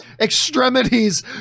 extremities